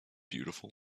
beautiful